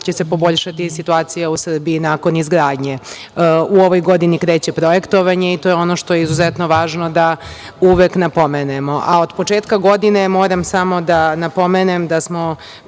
će se poboljšati situacija u Srbiji nakon izgradnje. U ovoj godini kreće projektovanje i to je ono što je izuzetno važno da uvek napomenemo. Moram samo da napomenem da smo,